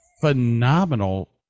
phenomenal